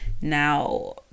now